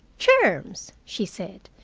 germs! she said.